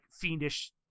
fiendish